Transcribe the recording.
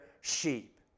sheep